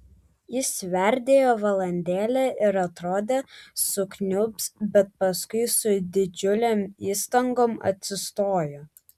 jis sverdėjo valandėlę ir atrodė sukniubs bet paskui su didžiulėm įstangom atsistojo